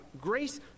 grace